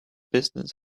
business